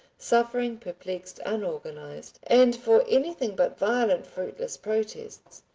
suffering, perplexed, unorganized, and for anything but violent, fruitless protests,